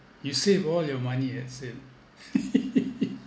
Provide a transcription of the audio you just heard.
you save all your money as in